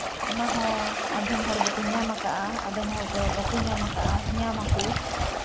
ᱚᱱᱟᱦᱚᱸ ᱟᱫᱷᱚᱢ ᱦᱚᱲ ᱫᱚᱠᱚ ᱧᱟᱢ ᱠᱟᱜᱼᱟ ᱟᱫᱚᱢ ᱦᱚᱲ ᱫᱚ ᱵᱟᱠᱚ ᱧᱟᱢ ᱠᱟᱜᱼᱟ ᱧᱟᱢ ᱟᱠᱚ